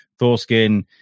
Thorskin